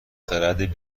خرد